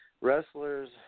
Wrestlers